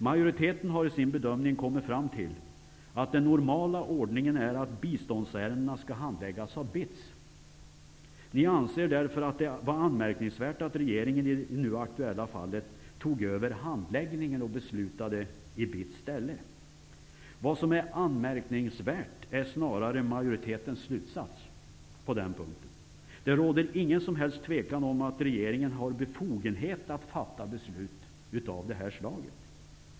Majoriteten har i sin bedömning kommit fram till att den normala ordningen är att biståndsärendena skall handläggas av BITS. Ni anser därför att det var anmärkningsvärt att regeringen i det nu aktuella fallet tog över handläggningen och beslutade i BITS ställe. Vad som är anmärkningsvärt är snarare majoritetens slutsats på den punkten. Det råder inget som helst tvivel om att regeringen har befogenhet att fatta beslut av detta slag.